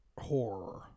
horror